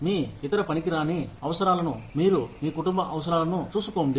మీ ఇతర పనికిరాని అవసరాలను మరియు మీ కుటుంబ అవసరాలను చూసుకోండి